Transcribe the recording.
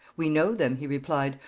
we know them he replied,